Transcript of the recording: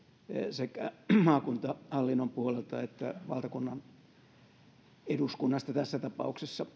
sekä maakuntahallinnon puolelta että valtakunnan tässä tapauksessa